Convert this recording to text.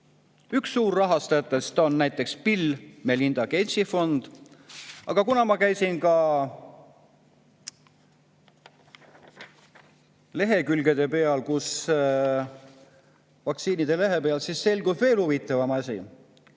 Üks suurrahastajatest on näiteks Bill ja Melinda Gatesi fond. Aga kuna ma käisin ka lehekülgede peal, vaktsiinide lehe peal, siis selgus veel huvitavam asi.